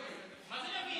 צריך, מה זה,